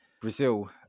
Brazil